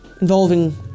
involving